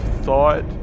thought